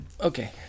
Okay